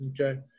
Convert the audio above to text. okay